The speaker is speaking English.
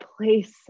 place